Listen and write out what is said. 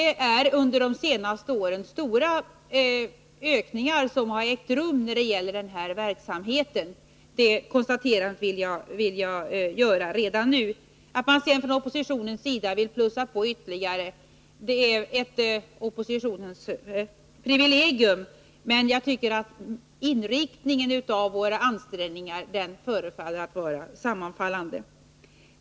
Under de senaste åren har den här verksamheten kraftigt utökats. Det konstaterandet vill jag göra redan nu. Att man sedan från oppositionens sida vill plussa på ytterligare är ju oppositionens privilegium. Men jag tycker att inriktningen av våra ansträngningar förefaller att sammanfalla.